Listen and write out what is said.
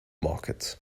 market